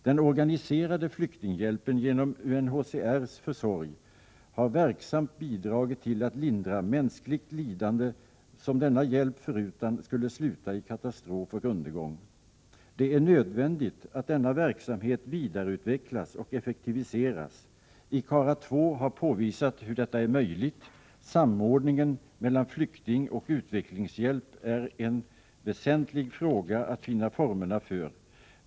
Den organiserade flyktinghjälpen genom UNHCR:s försorg har verksamt bidragit till att lindra mänskligt lidande som denna hjälp förutan skulle sluta i katastrof och undergång. Det är nödvändigt att denna verksamhet vidareutvecklas och effektivise ras. ICARA II har påvisat hur detta är möjligt. Samordningen mellan flyktingoch utvecklingshjälp är en väsentlig fråga att finna formerna för.